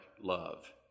love